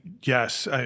yes